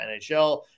NHL